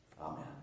Amen